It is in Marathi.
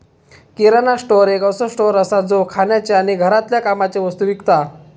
किराणा स्टोअर एक असो स्टोअर असा जो खाण्याचे आणि घरातल्या कामाचे वस्तु विकता